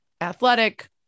athletic